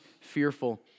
fearful